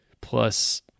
plus